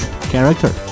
character